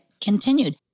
continued